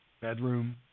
bedroom